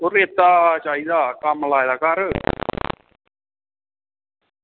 ओह् रेता चाहिदा कम्म लाए दा घर